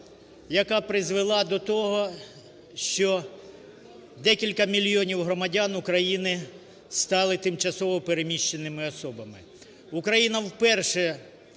яка призвела до того, що декілька мільйонів громадян України стали тимчасово переміщеними особами. Україна вперше